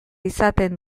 izaten